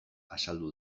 azaldu